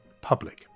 Public